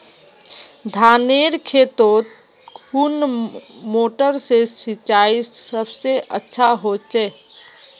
धानेर खेतोत कुन मोटर से सिंचाई सबसे अच्छा होचए?